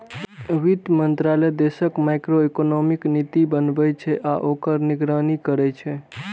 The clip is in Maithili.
वित्त मंत्रालय देशक मैक्रोइकोनॉमिक नीति बनबै छै आ ओकर निगरानी करै छै